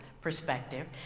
perspective